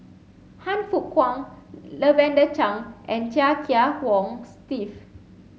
Han Fook Kwang Lavender Chang and Chia Kiah Hong Steve